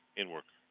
in work.